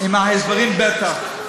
עם ההסברים, בטח.